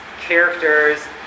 characters